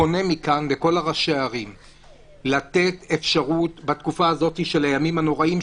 פונה מכאן לכל ראשי הערים לתת אפשרות בתקופה הזאת של הימים הנוראים,